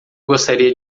gostaria